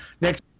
Next